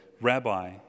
Rabbi